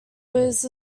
was